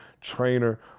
trainer